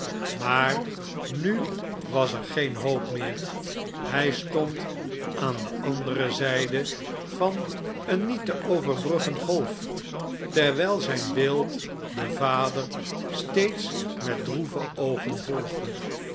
maar nu was er geen hoop meer hij stond aan de andere zijde van een niet te overbruggen golf terwijl zijn beeld den vader steeds met droeve oogen volgde